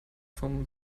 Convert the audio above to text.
vom